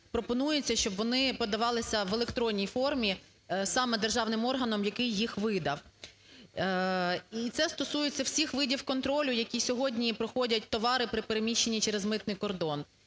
пропонується, щоб вони подавалися в електронній формі саме державним органам, який їх видав. І це стосується всіх видів контролю, які сьогодні проходять товари при переміщенні через митний кордон.